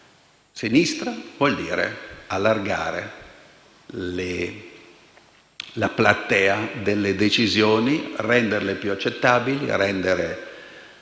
sinistra vuol dire allargare la platea delle decisioni, renderle più accettabili, creare